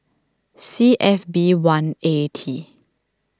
C F B one A T